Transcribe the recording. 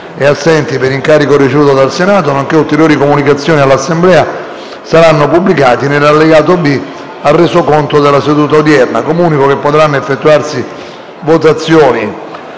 e assenti per incarico ricevuto dal Senato, nonché ulteriori comunicazioni all'Assemblea saranno pubblicati nell'allegato B al Resoconto della seduta odierna. **Preannunzio di votazioni